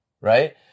right